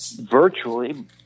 virtually